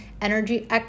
energy